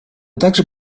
также